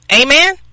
Amen